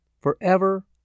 forever